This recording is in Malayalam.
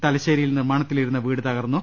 തലശ്ശേരിയിൽ നിർമ്മാണത്തിലിരുന്ന വീട്ട് തകർന്നു